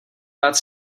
dát